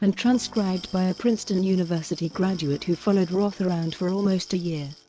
and transcribed by a princeton university graduate who followed roth around for almost a year.